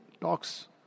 talks